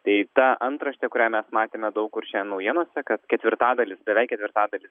tai ta antraštė kurią mes matėme daug kur šiandien naujienose kad ketvirtadalis beveik ketvirtadalis